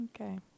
Okay